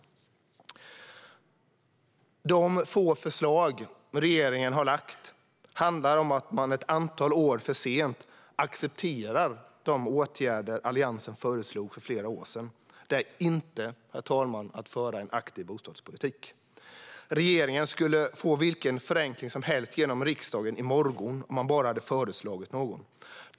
De få förslag regeringen har lagt fram handlar om att man, ett antal år för sent, accepterar de åtgärder som Alliansen föreslog för flera år sedan. Detta är inte att föra en aktiv bostadspolitik. Regeringen skulle kunna få igenom vilken förenkling som helst i riksdagen i morgon, om man bara hade föreslagit någon.